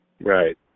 right